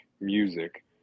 music